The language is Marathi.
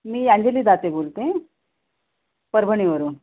मी अंजली दाते बोलते परभणीवरून